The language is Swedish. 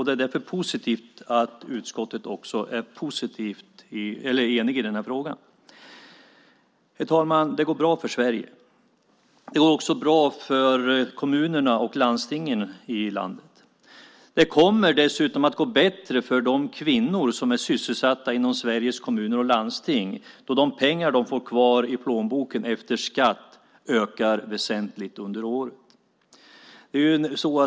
Det är därför positivt att utskottet också är enigt i den här frågan. Herr talman! Det går bra för Sverige. Det går också bra för kommunerna och landstingen i landet. Det kommer dessutom att gå bättre för de kvinnor som är sysselsatta inom Sveriges kommuner och landsting då de pengar de får kvar i plånboken efter skatt ökar väsentligt under året.